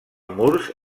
murs